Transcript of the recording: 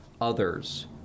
others